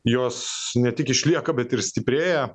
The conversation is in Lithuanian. jos ne tik išlieka bet ir stiprėja